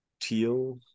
Teal